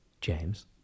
James